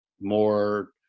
more